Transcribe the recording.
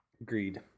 Agreed